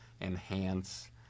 enhance